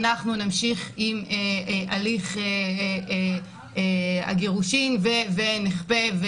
אנחנו נמשיך עם הליך הגירושין ונכפה.